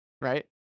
Right